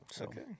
Okay